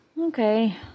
okay